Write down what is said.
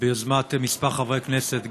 ביוזמת כמה חברי כנסת,